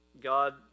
God